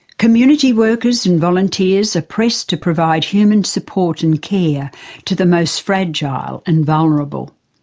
community workers and volunteers are pressed to provide human support and care to the most fragile and vulnerable.